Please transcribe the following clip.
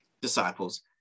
disciples